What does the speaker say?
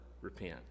repent